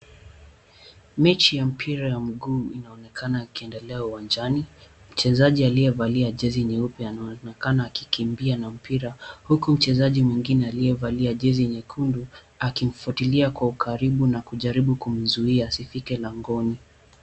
Mechibya moira wa miguu inaonekana ikiendelea uwanjani. Mchezaji aliyevalia jezi nyeupe anaonekana akikimbia na mpira huku mchezaji mwingine aliyevalia jezi nyekundu akimfuatilia kwa ukaribu akijaribu kumzuia asifike langoni.